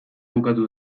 bukatu